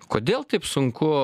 kodėl taip sunku